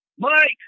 Mike